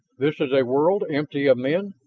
this is a world empty of men?